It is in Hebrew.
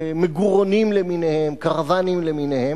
מגורונים למיניהם, קרוונים למיניהם,